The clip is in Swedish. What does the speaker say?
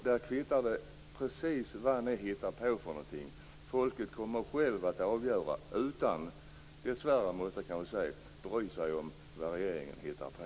Då kvittar det vad ni hittar på för någonting. Folket kommer självt att avgöra, utan att - dessvärre, måste jag väl säga - bry sig om vad regeringen hittar på.